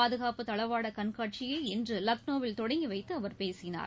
பாதுகாப்பு தளவாட கண்காட்சியை இன்று லக்னோவில் தொடங்கி வைத்து அவர் பேசினார்